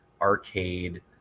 arcade